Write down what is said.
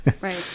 Right